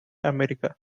america